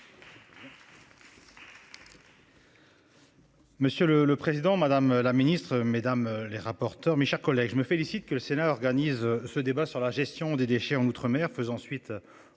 Monsieur le. Le président, madame la ministre, mesdames les rapporteurs, mes chers collègues, je me félicite que le Sénat organise ce débat sur la gestion des déchets en outre-mer faisant suite au